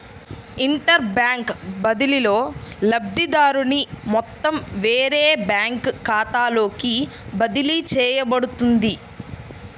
inter bank బదిలీలో, లబ్ధిదారుని మొత్తం వేరే బ్యాంకు ఖాతాలోకి బదిలీ చేయబడుతుంది